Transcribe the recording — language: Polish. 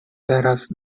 teraz